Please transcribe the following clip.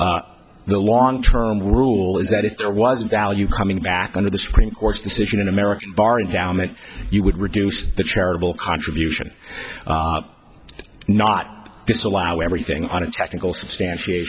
eight the long term rule is that if there was a value coming back on the screen court's decision in american bar and down that you would reduce the charitable contribution not disallow everything on a technical substantiat